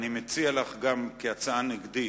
כהצעה נגדית,